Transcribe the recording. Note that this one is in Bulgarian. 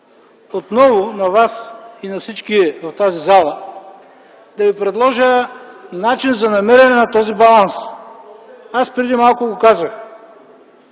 отново на Вас и на всички в тази зала да Ви предложа начин за намиране на този баланс. Аз преди малко го казах: